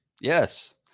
yes